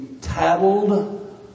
tattled